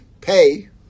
pay